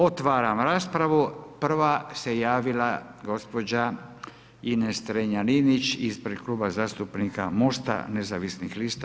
Otvaram raspravu, prva se javila gospođa Ines Strenja Linić, ispred Kluba zastupnika Mosta nezavisnih lista.